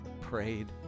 prayed